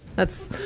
that's,